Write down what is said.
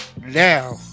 Now